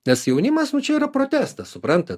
nes jaunimas nu čia yra protestas suprantat